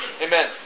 Amen